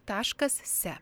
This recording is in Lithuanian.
taškas se